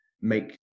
make